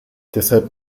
deshalb